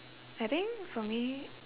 I think for me